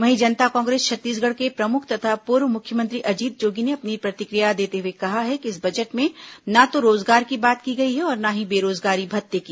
वहीं जनता कांग्रेस छत्तीसगढ़ के प्रमुख तथा पूर्व मुख्यमंत्री अजीत जोगी ने अपनी प्रतिक्रिया देते हुए कहा है कि इस बजट में न तो रोजगार की बात की गई है और न ही बेरोजगारी भत्ते की